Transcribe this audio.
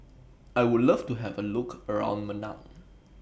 I Would Love to Have A Look around Managua